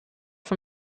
von